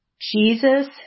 Jesus